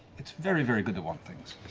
it's very, very good to want things.